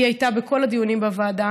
היא הייתה בכל הדיונים בוועדה,